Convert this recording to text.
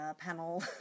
panel